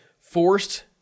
forced